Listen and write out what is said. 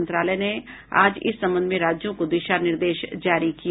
मंत्रालय ने आज इस संबंध में राज्यों को दिशा निर्देश जारी किए